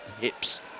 hips